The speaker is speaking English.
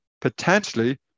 potentially